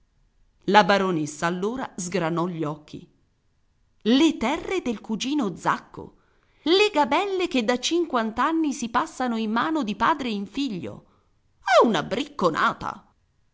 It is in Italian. la baronessa allora sgranò gli occhi le terre del cugino zacco le gabelle che da cinquant'anni si passano in mano di padre in figlio è una bricconata